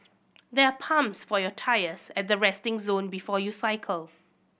there are pumps for your tyres at the resting zone before you cycle